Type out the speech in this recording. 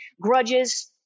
grudges